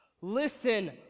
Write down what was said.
listen